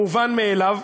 מובן מאליו.